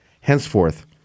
Henceforth